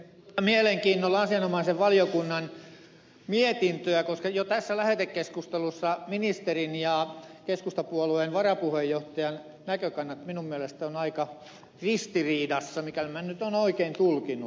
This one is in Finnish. odotan mielenkiinnolla asianomaisen valiokunnan mietintöä koska jo tässä lähetekeskustelussa ministerin ja keskustapuolueen varapuheenjohtajan näkökannat minun mielestäni ovat aika ristiriidassa mikäli minä nyt olen oikein tulkinnut